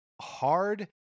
hard